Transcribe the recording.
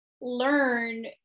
learn